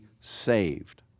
saved